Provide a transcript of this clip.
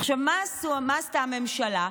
עכשיו, מה עשתה הממשלה?